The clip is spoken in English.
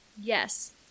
Yes